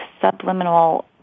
subliminal